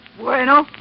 Bueno